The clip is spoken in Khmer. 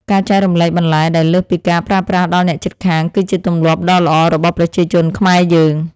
ការចែករំលែកបន្លែដែលលើសពីការប្រើប្រាស់ដល់អ្នកជិតខាងគឺជាទម្លាប់ដ៏ល្អរបស់ប្រជាជនខ្មែរយើង។